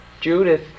Judith